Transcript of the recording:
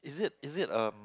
is it is it um